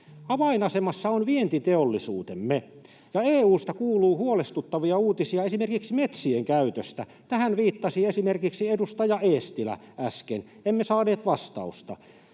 Avainasemassa on vientiteollisuutemme, ja EU:sta kuuluu huolestuttavia uutisia esimerkiksi metsien käytöstä. Tähän viittasi esimerkiksi edustaja Eestilä äsken. Emme saaneet vastausta.